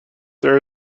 there